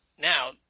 Now